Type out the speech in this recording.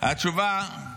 התשובה היא